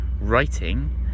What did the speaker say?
writing